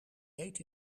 heet